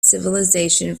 civilization